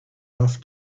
off